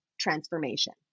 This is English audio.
transformation